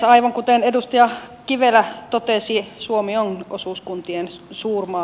aivan kuten edustaja kivelä totesi suomi on osuuskuntien suurmaa